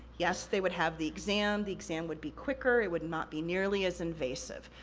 yes, they would have the exam, the exam would be quicker, it would not be nearly as invasive.